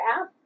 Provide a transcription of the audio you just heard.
app